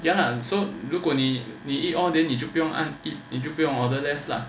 ya lah so 如果你你 eat all then 你就不用按你就不用 order less lah